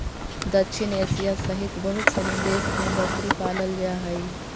दक्षिण एशिया सहित बहुत सनी देश में बकरी पालल जा हइ